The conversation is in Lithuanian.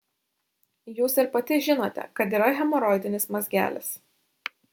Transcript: jūs ir pati žinote kad yra hemoroidinis mazgelis